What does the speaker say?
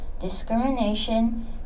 discrimination